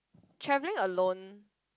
travelling alone